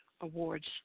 Awards